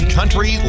Country